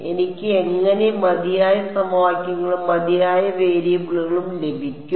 എനിക്ക് എങ്ങനെ മതിയായ സമവാക്യങ്ങളും മതിയായ വേരിയബിളുകളും ലഭിക്കും